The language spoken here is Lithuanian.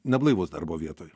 neblaivus darbo vietoj